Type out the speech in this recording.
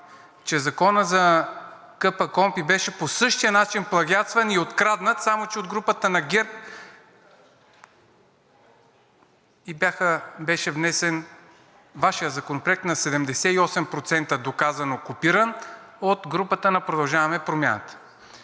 че Законът за КПКОНПИ беше по същия начин плагиатстван и откраднат, само че от групата на ГЕРБ, и беше внесен Вашият законопроект, 78% доказано копиран от групата на „Продължаваме Промяната“.